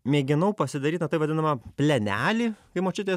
mėginau pasidaryt tą tai vadinamą plenelį kai močiutė